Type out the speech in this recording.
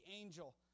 angel